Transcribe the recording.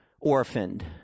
orphaned